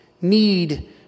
need